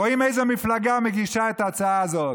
רואים איזו מפלגה מגישה את ההצעה הזאת,